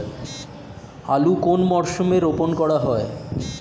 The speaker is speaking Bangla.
আলু কোন মরশুমে রোপণ করা হয়?